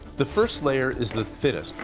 the first layer is the thinnest,